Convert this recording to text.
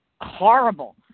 horrible